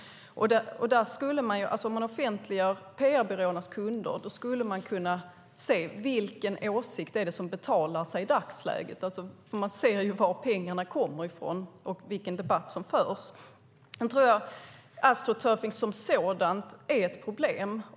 Om vi offentliggör PR-byråernas kunder skulle vi kunna se vilken åsikt det är som betalar sig i dagsläget. Vi ser alltså var pengarna kommer ifrån och vilken debatt som förs. Sedan tror jag att astroturfing som sådant är ett problem.